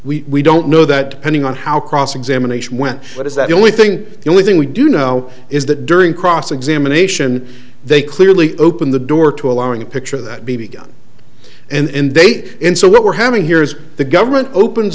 we don't know that depending on how cross examination went but is that the only thing the only thing we do know is that during cross examination they clearly open the door to allowing a picture that b b gun and they take in so what we're having here is the government open